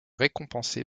récompensée